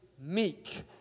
meek